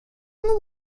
and